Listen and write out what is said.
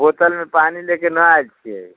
बोतलमे पानि लए कऽ नहि आयल छियै